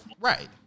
right